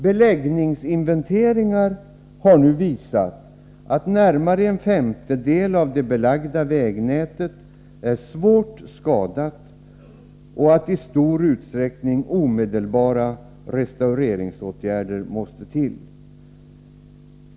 Beläggningsinventeringar har visat att närmare en femtedel av det belagda vägnätet är svårt skadat och att i stor utsträckning omedelbara restaureringsåtgärder måste till.